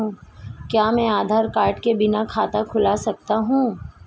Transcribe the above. क्या मैं आधार कार्ड के बिना खाता खुला सकता हूं?